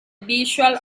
visual